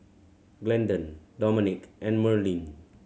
Glendon Domenic and Merlyn